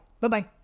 Bye-bye